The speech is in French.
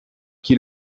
qui